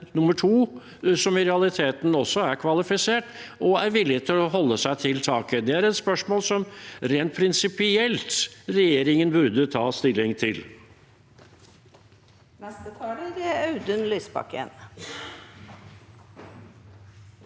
som i realiteten også er kvalifisert og villig til å holde seg til taket? Det er et spørsmål som regjeringen rent prinsipielt burde ta stilling til.